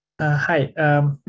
Hi